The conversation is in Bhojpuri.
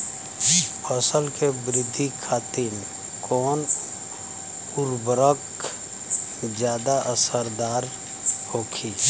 फसल के वृद्धि खातिन कवन उर्वरक ज्यादा असरदार होखि?